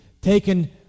taken